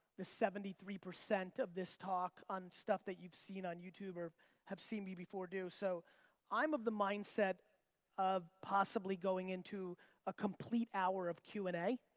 the seventy three percent of this talk on stuff that you've seen on youtube or have seen me before do. so i'm of the mindset of possibly going into a complete hour of q and amp a.